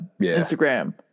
Instagram